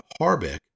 Harbeck